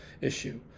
issue